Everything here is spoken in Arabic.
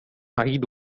عيد